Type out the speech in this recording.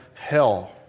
hell